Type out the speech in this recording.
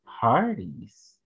parties